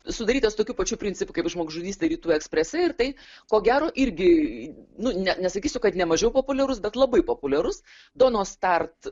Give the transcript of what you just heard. sudarytas tokiu pačiu principu kaip žmogžudystė rytų eksprese ir tai ko gero irgi nu ne nesakysiu kad nemažiau populiarus bet labai populiarus dono start